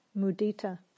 mudita